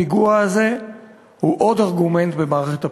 הפיגוע הזה הוא עוד ארגומנט במערכת הבחירות.